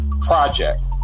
project